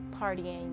partying